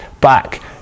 back